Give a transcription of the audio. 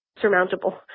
surmountable